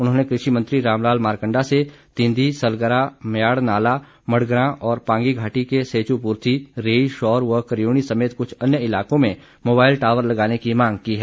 उन्होंने कृषि मंत्री रामलाल मारकण्डा से तिंदी सलगरा म्याड़ नाला मडग्रां और पांगी घाटी के सेचू पूर्थी रेई शौर व करियूणी समेत कुछ अन्य इलाकों में मोबाईल टावर लगाने की मांग की है